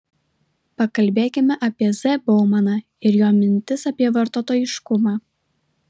pakalbėkime apie z baumaną ir jo mintis apie vartotojiškumą